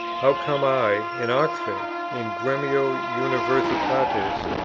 how came i, in oxford, in gremio universitatis,